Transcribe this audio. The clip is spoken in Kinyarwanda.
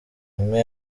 umwe